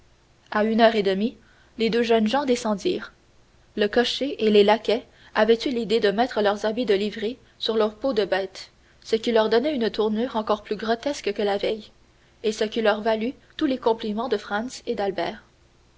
à une heure et demie les deux jeunes gens descendirent le cocher et les laquais avaient eu l'idée de mettre leurs habits de livrées sur leurs peaux de bêtes ce qui leur donnait une tournure encore plus grotesque que la veille et ce qui leur valut tous les compliments de franz et d'albert